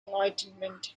enlightenment